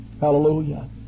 Hallelujah